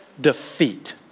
defeat